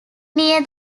near